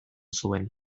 zuen